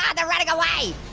they're running away.